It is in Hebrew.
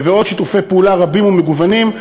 ועוד שיתופי פעולה רבים ומגוונים,